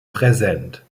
präsent